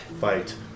Fight